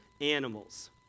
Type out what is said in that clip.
animals